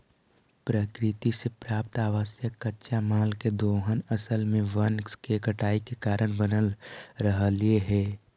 प्रकृति से प्राप्त आवश्यक कच्चा माल के दोहन असल में वन के कटाई के कारण बन रहले हई